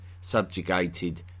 subjugated